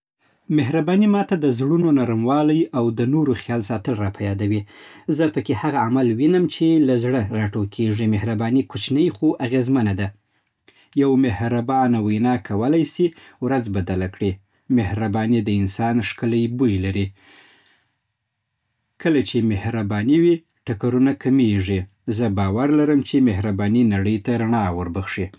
مهرباني ماته د زړونو نرموالی او د نورو خیال ساتل راپه یادوي. زه پکې هغه عمل وینم چې له زړه راټوکېږي. مهرباني کوچنۍ خو اغېزمنه ده. یوه مهربانه وینا کولای شي ورځ بدله کړي. مهرباني د انسان ښکلی بوی لري. کله چې مهرباني وي، ټکرونه کمیږي. زه باور لرم چې مهرباني نړۍ ته رڼا ورخبښي.